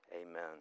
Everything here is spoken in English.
Amen